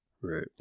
Right